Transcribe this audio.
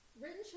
Written